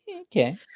okay